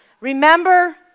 Remember